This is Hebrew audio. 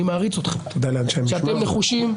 אני מעריץ אתכם שאתם נחושים.